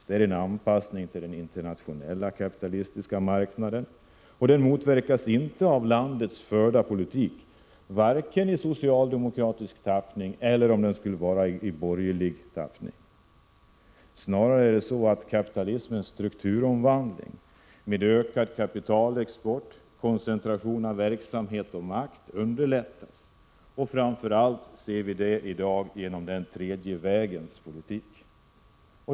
Det sker en anpassning till den internationella kapitalistiska marknaden. Den motverkas inte av landets förda politik, varken i socialdemokratisk eller borgerlig tappning. Det är snarare så att kapitalismens strukturomvandling med ökad kapitalexport och koncentration av verksamhet och makt underlättas. Vi ser det i dag framför allt då det gäller den tredje vägens politik.